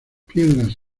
piedras